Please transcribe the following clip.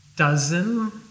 dozen